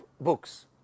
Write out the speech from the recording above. books